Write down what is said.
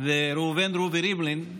וראובן רובי ריבלין,